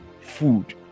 food